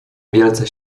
wielce